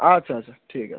আচ্ছা আচ্ছা ঠিক আছে